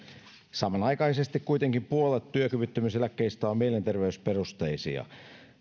samanaikaisesti kuitenkin puolet työkyvyttömyyseläkkeistä on mielenterveysperusteisia